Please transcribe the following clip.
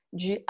de